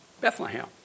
Bethlehem